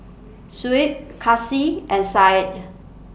Shuib Kasih and Said